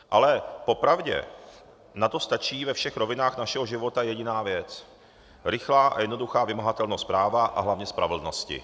Ale po pravdě, na to stačí ve všech rovinách našeho života jediná věc rychlá a jednoduchá vymahatelnost práva a hlavně spravedlnosti.